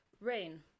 Rain